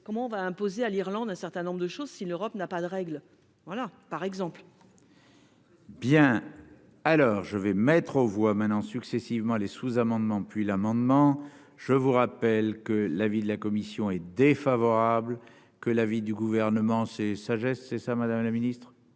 comment on va imposer à l'Irlande, un certain nombre de choses si l'Europe n'a pas de règles, voilà par exemple. Bien, alors je vais mettre aux voix maintenant successivement les sous-amendements puis l'amendement, je vous rappelle que l'avis de la commission est défavorable que l'avis du Gouvernement c'est sagesse c'est ça Madame la Ministre,